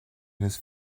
his